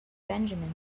benjamin